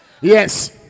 Yes